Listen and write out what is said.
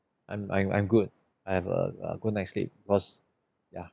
I'm I'm I'm good I have a a good night sleep because ya